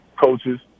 coaches